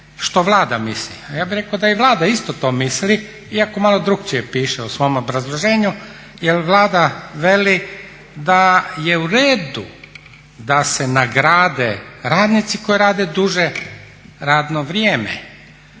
što Vlada misli? A ja bih rekao da i Vlada isto to misli iako malo drukčije piše u svom obrazloženju jer Vlada veli da je u redu da se nagrade radnici koji rade duže radno vrijeme